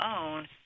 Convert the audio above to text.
own